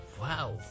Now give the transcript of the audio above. Wow